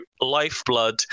Lifeblood